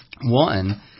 One